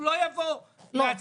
הוא לא יבוא -- לא,